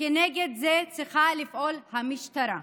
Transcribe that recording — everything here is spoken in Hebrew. וכנגד זה צריכה לפעול המשטרה.